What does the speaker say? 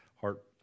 heart